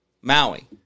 Maui